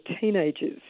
teenagers